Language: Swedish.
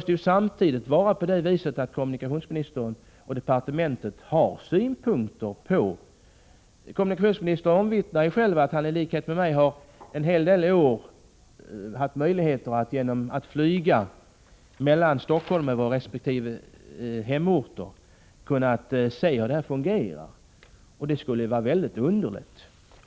Men samtidigt måste kommunikationsministern och departementet ha synpunkter på verksamheten. Kommunikationsministern omvittnar själv att han i likhet med mig i en hel del år har haft möjlighet att genom att flyga mellan Stockholm och hemorten se hur det fungerar. Det skulle vara väldigt underligt